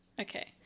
okay